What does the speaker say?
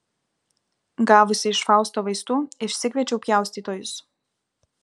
gavusi iš fausto vaistų išsikviečiau pjaustytojus